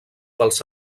pels